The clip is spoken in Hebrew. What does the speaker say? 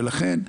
ולכן,